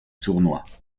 sournois